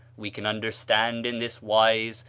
we can understand, in this wise,